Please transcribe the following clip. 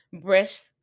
breast